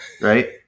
Right